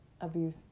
abuse